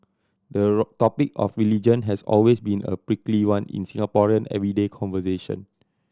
the topic of religion has always been a prickly one in Singaporean everyday conversation